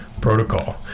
protocol